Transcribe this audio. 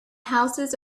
houses